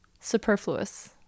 Superfluous